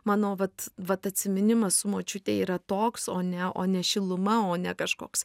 mano vat vat atsiminimas su močiute yra toks o ne o ne šiluma o ne kažkoks